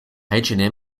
and